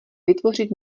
vytvořit